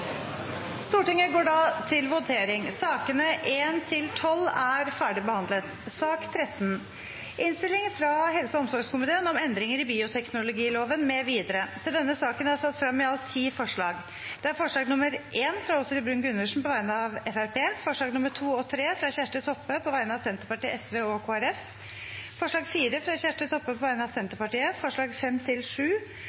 Stortinget går da til votering. Sakene nr. 1–12 er ferdigbehandlet. Under debatten er det satt frem i alt ti forslag. Det er forslag nr. 1, fra Åshild Bruun-Gundersen på vegne av Fremskrittspartiet forslagene nr. 2 og 3, fra Kjersti Toppe på vegne av Senterpartiet, Sosialistisk Venstreparti og Kristelig Folkeparti forslag nr. 4, fra Kjersti Toppe på vegne av